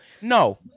No